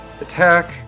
attack